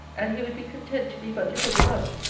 and he would be content to be but little beloved,